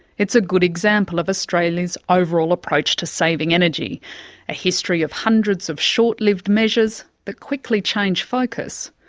it's a good example of australia's overall approach to saving energy a history of hundreds of short-lived measures that quickly change focus.